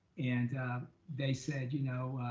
and they said, you know,